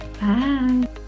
Bye